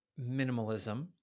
minimalism